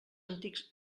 antics